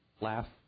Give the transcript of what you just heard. laugh